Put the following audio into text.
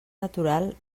natural